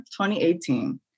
2018